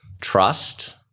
trust